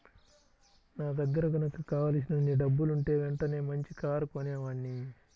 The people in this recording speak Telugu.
నా దగ్గర గనక కావలసినన్ని డబ్బులుంటే వెంటనే మంచి కారు కొనేవాడ్ని